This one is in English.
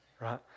right